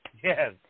Yes